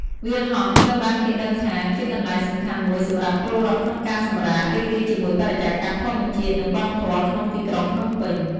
វាលហង្សត្រូវបានគេដឹងថាជាកន្លែងសំខាន់មួយសម្រាប់ពលរដ្ឋក្នុងការសម្រាក រីករាយជាមួយបរិយាកាសធម្មជាតិ និងវប្បធម៌ក្នុងទីក្រុងភ្នំពេញ។